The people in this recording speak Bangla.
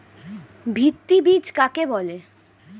ভিত্তি বীজ কাকে বলে?